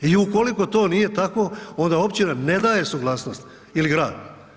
I ukoliko to nije tako, onda općina ne daje suglasnost ili grad.